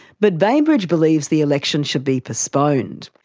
but bainbridge believes the election should be postponed.